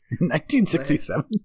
1967